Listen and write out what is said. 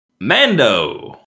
Mando